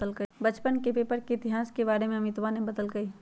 बच्चवन के पेपर के इतिहास के बारे में अमितवा ने बतल कई